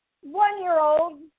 one-year-old